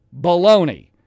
baloney